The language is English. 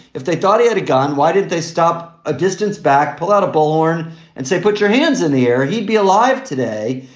if they thought he had a gun, why did they stop a distance back, pull out a bullhorn and say, put your hands in the air, he'd be alive today.